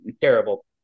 terrible